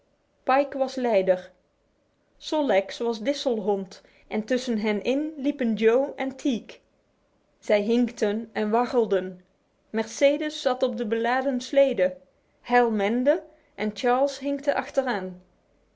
pike was leider sol leks was disselhond en tussen hen in liepen joe en teek zij hinkten en waggelden mercedes zat op de beladen slede hal mende en charles hinkte achteraan